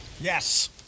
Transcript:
Yes